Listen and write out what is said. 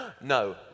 No